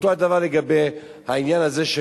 אותו הדבר לגבי העניין הזה,